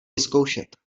vyzkoušet